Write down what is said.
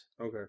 Okay